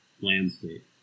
landscape